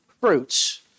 fruits